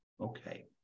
Okay